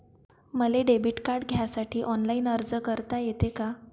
मले debit card घ्यासाठी online अर्ज करता येते का?